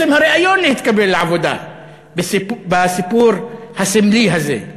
הריאיון להתקבל לעבודה בסיפור הסמלי הזה.